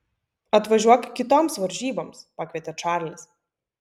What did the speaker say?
atvažiuok kitoms varžyboms pakvietė čarlis